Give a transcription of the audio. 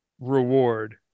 reward